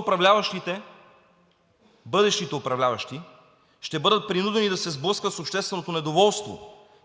управляващите, бъдещите управляващи, ще бъдат принудени да се сблъскат с общественото недоволство